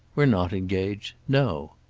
we're not engaged. no.